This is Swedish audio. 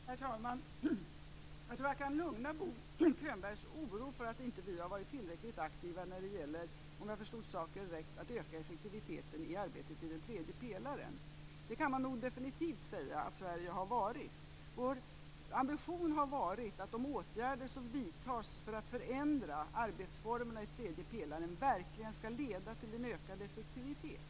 Herr talman! Jag tror jag kan lugna Bo Könbergs oro för att vi inte har varit tillräckligt aktiva när det gäller - om jag förstod saken rätt - att öka effektiviteten i arbetet i den tredje pelaren. Det kan man nog definitivt säga att Sverige har varit. Vår ambition har varit att de åtgärder som vidtas för att förändra arbetsformerna i tredje pelaren verkligen skall leda till en ökad effektivitet.